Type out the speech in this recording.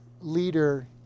leader